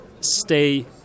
stay